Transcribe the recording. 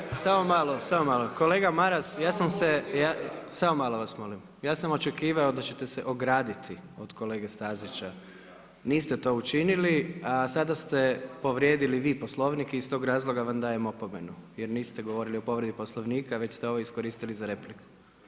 Kolega, samo malo, samo malo. … [[Govornici govore u glas, ne razumije se.]] Kolega Maras, samo malo vas molim, ja sam očekivao da ćete se ograditi od kolege Stazića, niste to učinili a sada ste povrijedili vi Poslovnik i iz tog razloga vam dajem opomenu jer niste govorili o povredi Poslovnika već ste ovo iskoristili za repliku.